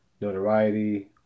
notoriety